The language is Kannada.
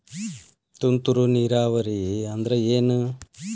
ತುಂತುರು ನೇರಾವರಿ ಅಂದ್ರ ಏನ್?